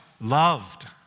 loved